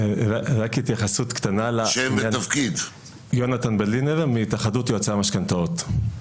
אני מהתאחדות יועצי המשכנתאות.